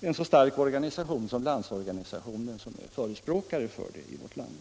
en så stark organisation som Landsorganisationen är förespråkare för det i vårt land.